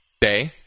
day